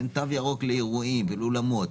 תן תו ירוק לאירועים ולאולמות.